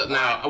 now